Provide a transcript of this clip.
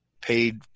paid